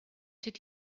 did